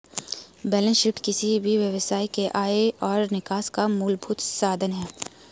balance sheet किसी भी व्यवसाय के आय और निकास का मूलभूत साधन है